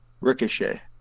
Ricochet